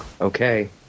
Okay